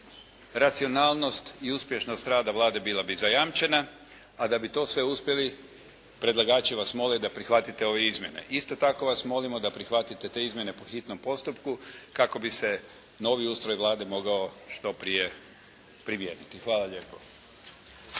racionalnost i uspješnost rada Vlade bila bi zajamčena, a da bi to sve uspjeli predlagači vas mole da prihvatite ove izmjene. Isto tako vas molimo da prihvatite te izmjene po hitnom postupku kako bi se novi ustroj Vlade mogao što prije primijeniti. Hvala lijepo.